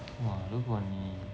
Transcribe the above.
!wah! 如果你